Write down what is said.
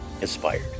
inspired